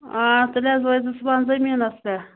آ تیٚلہِ حظ وٲتۍزیو صُبحَن زٔمیٖنَس پٮ۪ٹھ